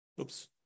Oops